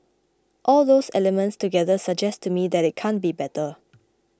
all those elements together suggest to me that it can't be better